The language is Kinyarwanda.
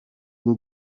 bwo